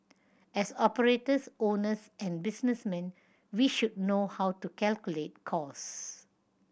as operators owners and businessmen we should know how to calculate costs